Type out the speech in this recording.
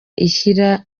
ishyira